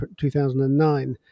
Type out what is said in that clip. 2009